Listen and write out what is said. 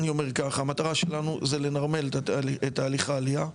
אני אומר ככה המטרה שלנו זה לנרמל את תהליך העלייה.